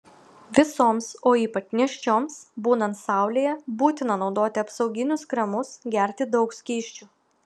visoms o ypač nėščioms būnant saulėje būtina naudoti apsauginius kremus gerti daug skysčių